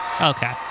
Okay